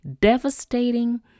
devastating